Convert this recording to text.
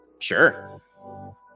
Sure